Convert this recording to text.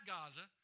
Gaza